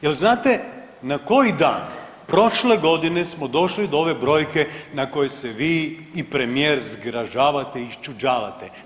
Jel znate na koji dan prošle godine smo došli do ove brojke na koje se vi i premijer zgražavate i iščuđavate?